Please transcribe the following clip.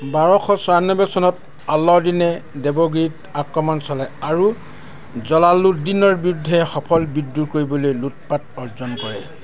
বাৰশ ছয়ানব্বৈ চনত আলাউদ্দিনে দেৱগিৰিত আক্ৰমণ চলাই আৰু জলালুদ্দিনৰ বিৰুদ্ধে সফল বিদ্ৰোহ কৰিবলৈ লুটপাত অৰ্জন কৰে